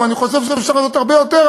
אני חושב שאפשר להראות הרבה יותר,